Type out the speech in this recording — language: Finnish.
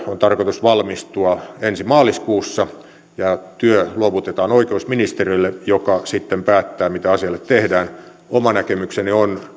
on tarkoitus valmistua ensi maaliskuussa ja työ luovutetaan oikeusministerille joka sitten päättää mitä asialle tehdään oma näkemykseni on